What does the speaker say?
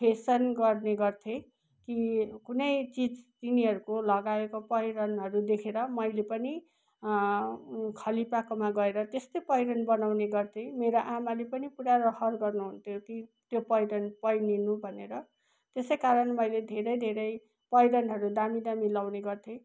fashion गर्ने गर्थेँ कि कुनै चिज तिनीहरूको लगाएको पहिरनहरू देखेर मैले पनि खाली पाएकोमा गएर त्यस्तै पहिरन बनाउने गर्थेँ मेरो आमाले पनि पुरा रहर गर्नु हुन्थ्यो कि त्यो पहिरन पहिरिनु भनेर त्यसै कारण मैले धेरै धेरै पहिरनहरू दामी दामी लाउने गर्थेँ